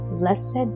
Blessed